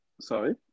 Sorry